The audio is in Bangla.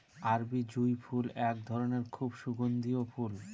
আরবি জুঁই ফুল এক ধরনের খুব সুগন্ধিও ফুল